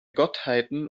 gottheiten